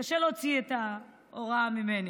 וקשה להוציא את ההוראה ממני.